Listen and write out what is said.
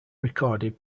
recorded